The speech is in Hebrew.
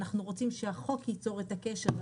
אנחנו רוצים שהחוק ייצור את הקשר הזה.